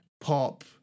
pop